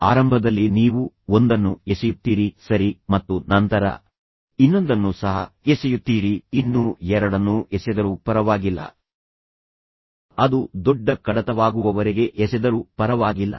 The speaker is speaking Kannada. ಆರಂಭದಲ್ಲಿ ನೀವು ಒಂದನ್ನು ಎಸೆಯುತ್ತೀರಿ ಸರಿ ಮತ್ತು ನಂತರ ಇನ್ನೊಂದನ್ನು ಸಹ ಎಸೆಯುತ್ತೀರಿ ಇನ್ನೂ ಎರಡನ್ನು ಎಸೆದರು ಪರವಾಗಿಲ್ಲ ಅದು ದೊಡ್ಡ ಕಡತವಾಗುವವರೆಗೆ ಎಸೆದರು ಪರವಾಗಿಲ್ಲ